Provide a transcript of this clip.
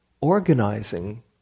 organizing